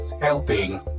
helping